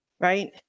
right